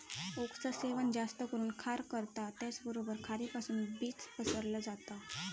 ओकचा सेवन जास्त करून खार करता त्याचबरोबर खारीपासुन बीज पसरला जाता